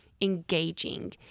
engaging